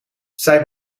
zij